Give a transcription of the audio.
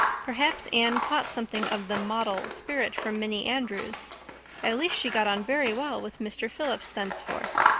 perhaps anne caught something of the model spirit from minnie andrews at least she got on very well with mr. phillips thenceforth.